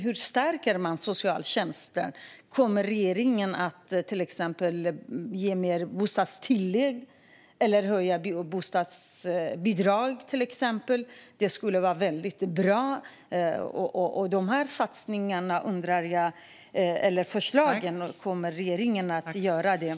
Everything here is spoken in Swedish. Hur stärker man socialtjänsten? Kommer regeringen att till exempel ge mer bostadstillägg eller höja bostadsbidragen? Det skulle vara väldigt bra. Jag undrar om regeringen kommer att genomföra dessa förslag.